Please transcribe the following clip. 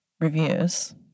reviews